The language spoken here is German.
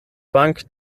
bank